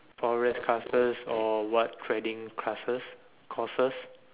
Forex classes or what trading classes courses